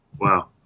Wow